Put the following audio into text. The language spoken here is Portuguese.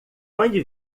onde